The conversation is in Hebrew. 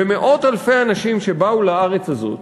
ומאות אלפי אנשים שבאו לארץ הזאת,